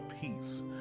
peace